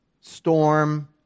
storm